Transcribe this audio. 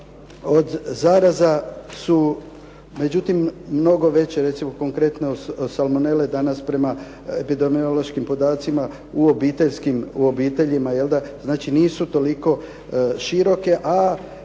od zaraza su međutim mnogo veće. Recimo konkretno salmonele danas prema epidemiološkim podacima u obiteljima znači nisu toliko široke, a